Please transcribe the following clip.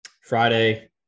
Friday